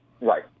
Right